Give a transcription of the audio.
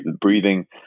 breathing